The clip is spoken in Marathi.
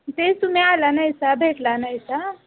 तेच तुम्ही आला नाही सा भेटला नायसा